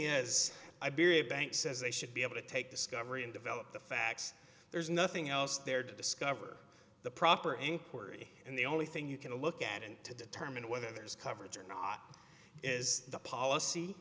is i berate banks says they should be able to take discovery and develop the facts there's nothing else there to discover the proper inquiry and the only thing you can look at and to determine whether there's coverage or not is the policy